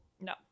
No